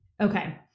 Okay